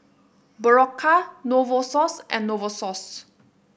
Berocca Novosource and Novosource